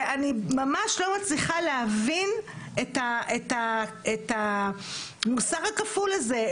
ואני ממש לא מצליחה להבין את המוסר הכפול הזה,